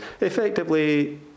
Effectively